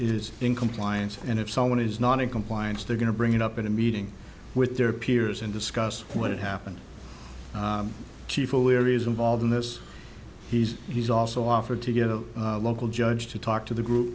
is in compliance and if someone is not in compliance they're going to bring it up at a meeting with their peers and discuss what happened chief o'leary's involved in this he's he's also offered to get a local judge to talk to the group